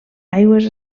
aigües